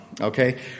okay